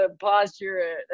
posture